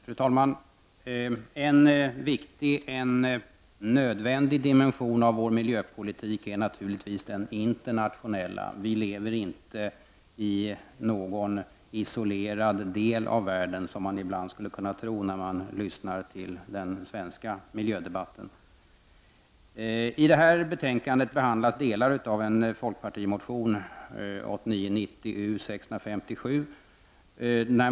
Fru talman! En viktig, en nödvändig dimension av vår miljöpolitik är naturligtvis den internationella. Vi lever inte i någon isolerad del av världen, vilket man ibland skulle kunna tro när man lyssnar till den svenska miljödebatten. I detta betänkande behandlas delar av en folkpartimotion, 1989/90:U657.